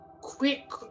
quick